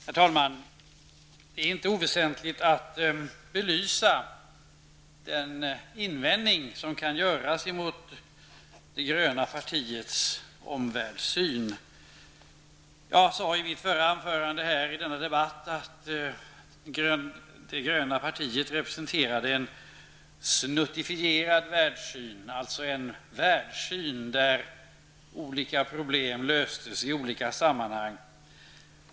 Herr talman! Det är inte oväsentligt att något utveckla den invändning som kan göras mot det gröna partiets omvärldssyn. Jag sade i mitt förra anförande i denna debatt att det gröna partiet representerar en snuttifierad världssyn, alltså en världssyn där olika problem löses i olika sammanhang.